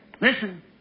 listen